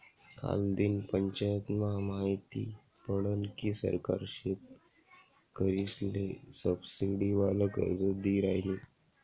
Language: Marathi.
कालदिन पंचायतमा माहिती पडनं की सरकार शेतकरीसले सबसिडीवालं कर्ज दी रायनी